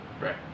Right